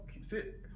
sit